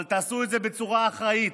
אבל תעשו את זה בצורה אחראית,